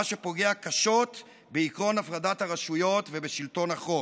מה שפוגע קשות בעקרון הפרדת הרשויות ובשלטון החוק.